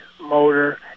motor